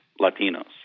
Latinos